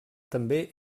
també